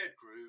grew